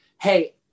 hey